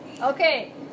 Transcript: Okay